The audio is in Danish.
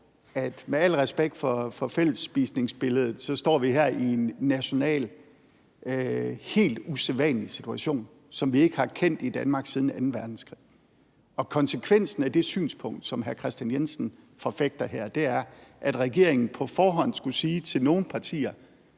vi med al respekt for fællesspisningsbilledet står her i en nationalt helt usædvanlig situation, som vi ikke har kendt i Danmark siden anden verdenskrig, og konsekvensen af det synspunkt, som hr. Kristian Jensen forfægter her, er, at regeringen på forhånd skulle sige til nogle partier,